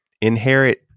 inherit